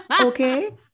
Okay